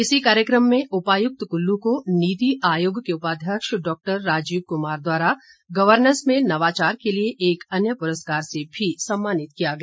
इसी कार्यक्रम में उपायुक्त कुल्लू को नीति आयोग के उपाध्यक्ष डाक्टर राजीव कुमार द्वारा गवर्नेस में नवाचार के लिए एक अन्य पुरस्कार से भी सम्मानित किया गया